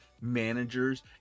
managers